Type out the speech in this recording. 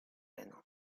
reno